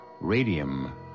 Radium